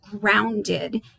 grounded